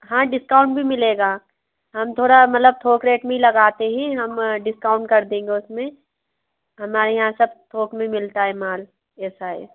हाँ डिस्काउंट भी मिलेगा हम थोड़ा मतलब थोक रेट में ही लगाते हैं हम डिस्काउंट कर देंगे उसमें हमारे यहाँ सब थोक में मिलता है माल ऐसा है